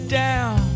down